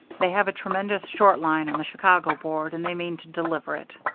they have a tremendous short line on the chicago board, and they mean to deliver it.